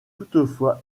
toutefois